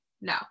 No